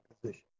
position